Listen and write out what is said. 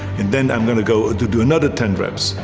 and then i'm gonna go to do another ten reps.